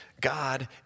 God